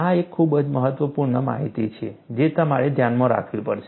આ એક ખૂબ જ મહત્વપૂર્ણ માહિતી છે જે તમારે ધ્યાનમાં રાખવી પડશે